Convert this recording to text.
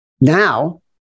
Now